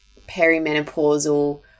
perimenopausal